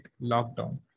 lockdown